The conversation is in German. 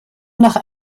nach